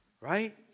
right